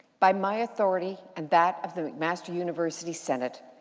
by my authority and that of the mcmaster university senate,